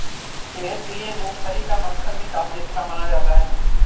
सेहत के लिए मूँगफली का मक्खन भी काफी अच्छा माना जाता है